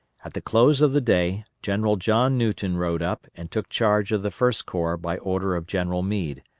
at the close of the day general john newton rode up and took charge of the first corps by order of general meade,